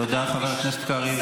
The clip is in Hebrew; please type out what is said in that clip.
תודה, חבר הכנסת קריב.